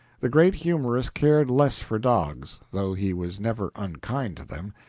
the great humorist cared less for dogs, though he was never unkind to them,